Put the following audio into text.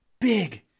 Big